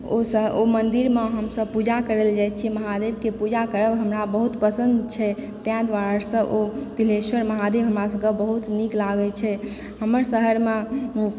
ओ सऽ ओ मन्दिरमे हम सभ पूजा करऽ लए जाइ छी महादेव के पूजा करब हमरा बहुत पसन्द छै ताहि दुआरे सऽ ओ तिल्हेश्वर महादेव हमरा सभ के बहुत नीक लागै छै हमर शहरमे ओ सु